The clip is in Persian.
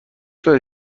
داری